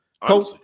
Coach